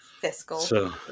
Fiscal